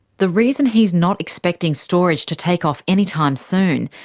the reason he's not expecting storage to take off anytime soon,